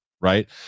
Right